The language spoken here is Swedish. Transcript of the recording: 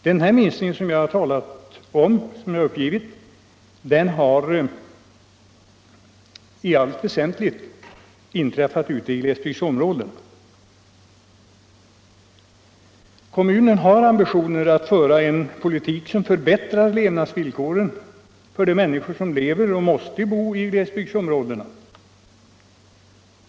Den här minskningen som jag uppgivit har i allt väsentligt inträffat ute i glesbygdsområdena. Kommunen har ambitioner att föra en politik som förbättrar levnadsvillkoren för de människor som lever och måste bo i glesbygdsområdena.